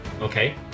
Okay